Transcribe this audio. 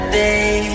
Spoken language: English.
day